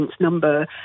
number